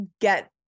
get